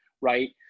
right